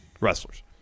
wrestlers